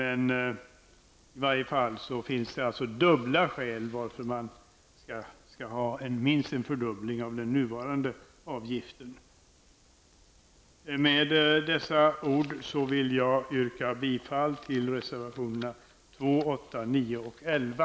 I varje fall finns det alltså dubbla skäl för att minst fördubbla den nuvarande avgiften. Med dessa ord vill jag yrka bifall till reservationerna 2, 8, 9 och 11.